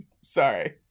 Sorry